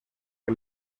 que